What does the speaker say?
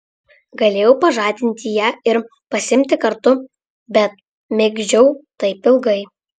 galėjau pažadinti ją ir pasiimti kartu bet migdžiau taip ilgai